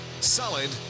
solid